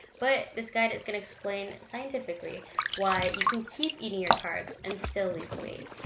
but this guide is gonna explain scientifically why you can keep eating your carbs and still lose weight.